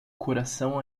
coração